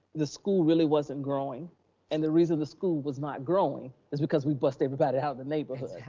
the school really wasn't growing and the reason the school was not growing is because we bused everybody out of the neighborhood.